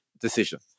decision